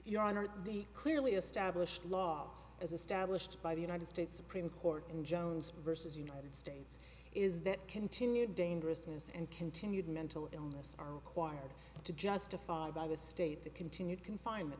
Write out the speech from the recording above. your honor the clearly established law as a stablished by the united states supreme court in jones versus united states is that continued dangerousness and continued mental illness are required to justify by the state the continued confinement